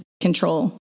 control